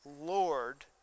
Lord